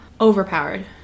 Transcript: overpowered